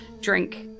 drink